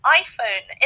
iphone